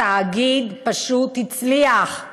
התאגיד פשוט הצליח,